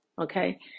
Okay